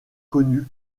connu